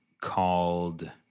called